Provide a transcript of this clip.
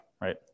right